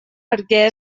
perquè